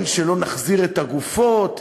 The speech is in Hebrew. שלא נחזיר את הגופות,